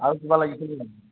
আৰু কিবা লাগিছিল নেকি